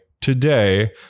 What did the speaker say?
today